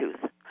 tooth